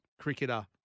cricketer